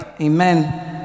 Amen